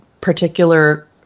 particular